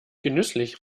genüsslich